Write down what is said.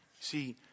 See